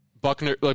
Buckner